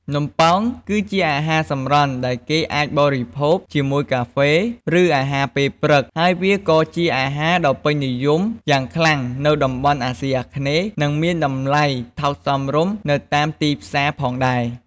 នំប៉ោងគឺជាអាហារសម្រន់ដែលគេអាចបរិភោគជាមួយកាហ្វេ ឬអាហារពេលព្រឹក ហើយវាក៏ជាអាហារដ៏ពេញនិយមយ៉ាងខ្លាំងនៅតំបន់អាស៊ីអាគ្នេយ៍ និងមានតម្លៃថោកសមរម្យនៅតាមទីផ្សារផងដែរ។